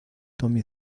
tommy